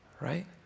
right